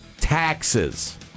taxes